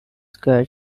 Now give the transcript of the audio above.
square